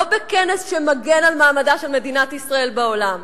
לא בכנס שמגן על מעמדה של מדינת ישראל בעולם,